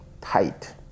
tight